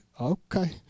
okay